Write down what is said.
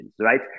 right